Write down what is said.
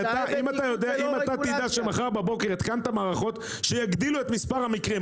אם תדע מחר בבוקר שהתקנת מערכות תגדיל את מספר המקרים,